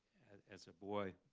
as a boy,